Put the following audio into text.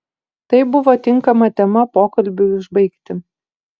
tai buvo tinkama tema pokalbiui užbaigti